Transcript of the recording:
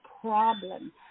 problem